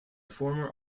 former